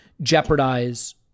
jeopardize